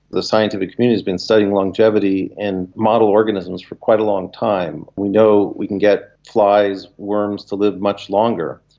the scientific community has been studying longevity and model organisms for quite a long time. we know we can get flies, worms to live much longer,